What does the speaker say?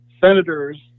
Senators